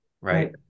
right